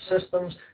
systems